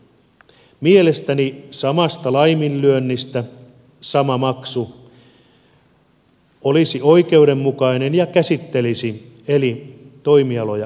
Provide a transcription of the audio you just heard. mielestäni samasta laiminlyönnistä sama maksu olisi oikeudenmukainen ja käsittelisi eri toimialoja tasavertaisesti